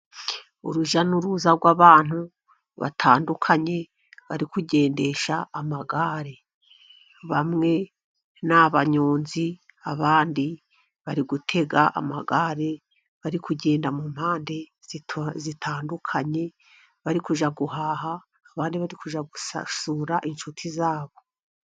Urujya n'uruza rw'abantu batandukanye bari kugendesha amagare. Bamwe ni abanyonzi abandi bari gutega amagare bari kugenda mu mpande zitandukanye, bari kujya guhaha abandi barikujya gusura inshuti zabo.